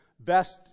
best